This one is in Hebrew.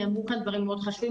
נאמרו פה דברים מאוד חשובים.